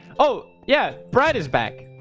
oh, yeah, brad is back